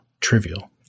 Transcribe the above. trivial